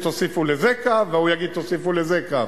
תוסיפו לזה קו, וההוא יגיד: תוסיפו לזה קו.